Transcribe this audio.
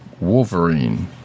wolverine